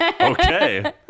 okay